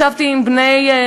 ישבתי עם בני-נוער,